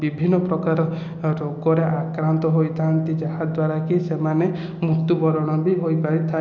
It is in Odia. ବିଭିନ୍ନ ପ୍ରକାର ରୋଗ ରେ ଆକ୍ରାନ୍ତ ହୋଇଥାନ୍ତି ଯାହାଦ୍ବାରା କି ସେମାନେ ମୃତ୍ଯୁ ବରଣ ବି ହୋଇପାରିଥାଏ